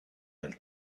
nel